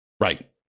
right